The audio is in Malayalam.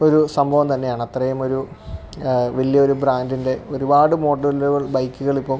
ഒരു സംഭവം തന്നെയാണത്രയുമൊരു വലിയൊരു ബ്രാൻഡിന്റെ ഒരുപാട് മോഡലുകൾ ബൈക്കുകളിപ്പോള്